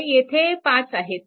तर येथे 5 आहेत